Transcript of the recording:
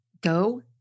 Go